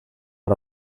out